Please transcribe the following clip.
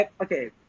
Okay